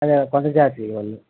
అది కొండ జాతి వాళ్ళు